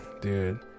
dude